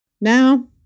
Now